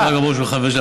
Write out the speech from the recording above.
שרגא ברוש הוא חבר שלי,